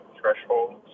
thresholds